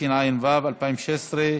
התשע"ה 2015,